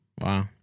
Wow